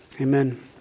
Amen